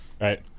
Right